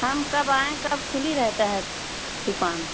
हम कब आएँ कब खुली रहती है दुकान